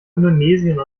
indonesien